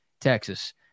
Texas